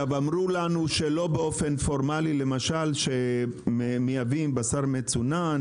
אמרו לנו שלא באופן פורמלי למשל שמייבאים בשר מצונן